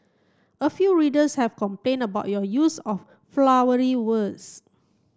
a few readers have complained about your use of 'flowery' words